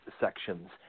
sections